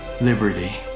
liberty